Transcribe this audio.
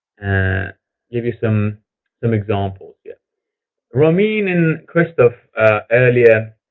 ah give you some some examples. yeah ramine and christoph earlier